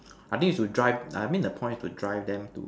I think is to drive I mean the point to drive them to